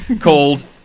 called